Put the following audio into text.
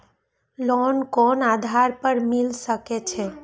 Loan कोन आधार पर मिल सके छे?